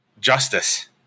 Justice